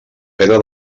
pena